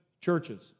churches